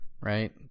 right